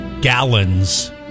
Gallons